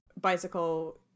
bicycle